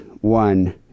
One